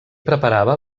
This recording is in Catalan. preparava